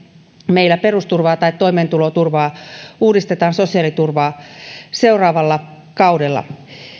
meillä perusturvaa tai toimeentuloturvaa sosiaaliturvaa uudistetaan seuraavalla kaudella